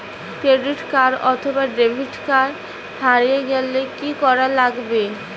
Credit card অথবা debit card হারে গেলে কি করা লাগবে?